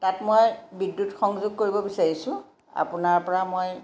তাত মই বিদ্যুৎ সংযোগ কৰিব বিচাৰিছোঁ আপোনাৰ পৰা মই